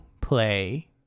play